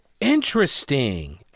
Interesting